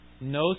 No